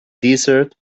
desert